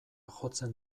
jotzen